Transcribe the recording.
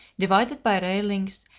divided by railings,